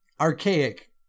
Archaic